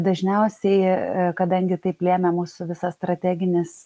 dažniausiai kadangi taip lėmė mūsų visas strateginis